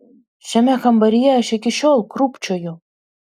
šiame kambaryje aš iki šiol krūpčioju